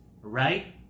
right